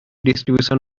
distribution